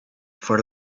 for